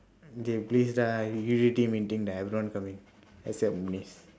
everyone coming except munice